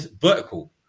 vertical